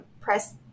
press